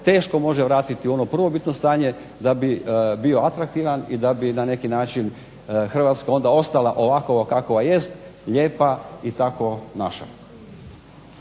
teško može vratiti u ono prvobitno stanje da bi bio atraktivan i da bi na neki način Hrvatska onda ostala ovakva kakva jest, lijepa i tako naša.